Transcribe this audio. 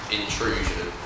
intrusion